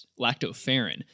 lactoferrin